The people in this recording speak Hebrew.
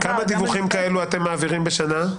כמה דיווחים כאלה אתם מעבירים בשנה?